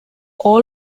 all